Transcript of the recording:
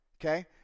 okay